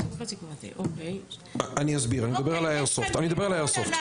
אני אדבר על האיירסופט.